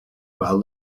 while